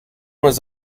was